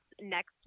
next